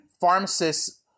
pharmacists